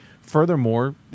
furthermore